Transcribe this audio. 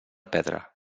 pedra